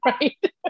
right